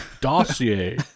Dossier